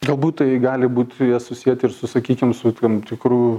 galbūt tai gali būt jas susieti ir su sakykim su tam tikru